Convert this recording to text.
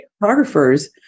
Photographers